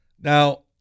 Now